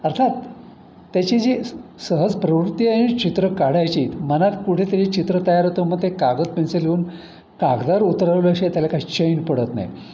अर्थात त्याची जी सहज प्रवृत्ती आहे चित्र काढायची मनात कुठेतरी चित्र तयार होतं मग ते कागद पेन्सिल घेऊन कागदावर उतरवल्याशिवाय त्याला काय चैन पडत नाही